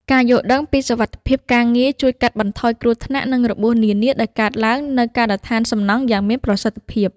ការយល់ដឹងពីសុវត្ថិភាពការងារជួយកាត់បន្ថយគ្រោះថ្នាក់និងរបួសនានាដែលកើតឡើងនៅការដ្ឋានសំណង់យ៉ាងមានប្រសិទ្ធភាព។